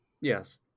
Yes